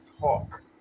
talk